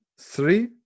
three